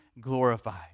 glorified